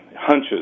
Hunches